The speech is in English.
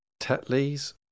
Tetley's